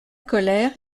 colère